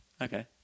Okay